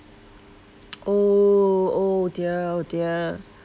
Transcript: oh oh dear oh dear